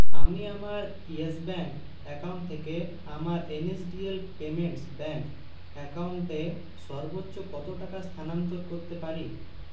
আমি আমার Yes bank account থেকে আমার N S D L payments bank অ্যাকাউন্টে সর্বোচ্চ কত টাকা স্থানান্তর করতে পারি